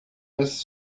bez